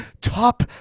top